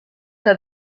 que